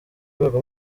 rwego